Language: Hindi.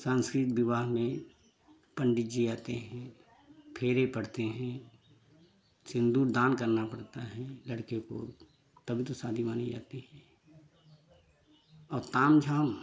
संस्कृति विवाह में पंडित जी आते हैं फेरे पड़ते हैं सिंदूर दान करना पड़ता है लड़के को तभी तो शादी मानी जाती है और तामझाम